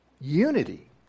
Unity